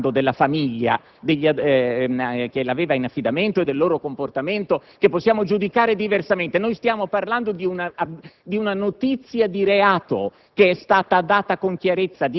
Noi non stiamo parlando della famiglia che l'aveva in affidamento e del suo comportamento, che possiamo giudicare diversamente. Noi stiamo parlando di una notizia di reato che